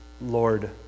Lord